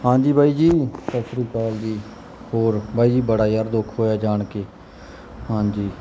ਹਾਂਜੀ ਬਾਈ ਜੀ ਸਤਿ ਸ਼੍ਰੀ ਅਕਾਲ ਜੀ ਹੋਰ ਬਾਈ ਜੀ ਬੜਾ ਯਾਰ ਦੁੱਖ ਹੋਇਆ ਜਾਣ ਕੇ ਹਾਂਜੀ